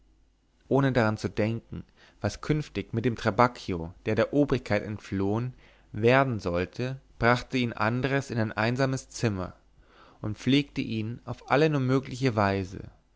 ohne daran zu denken was künftig mit dem trabacchio der der obrigkeit entflohen werden sollte brachte ihn andres in ein einsames zimmer und pflegte ihn auf alle nur mögliche weise